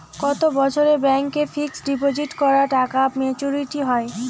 কত বছরে ব্যাংক এ ফিক্সড ডিপোজিট করা টাকা মেচুউরিটি হয়?